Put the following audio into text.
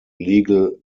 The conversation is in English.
legal